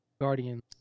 Guardians